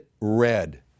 red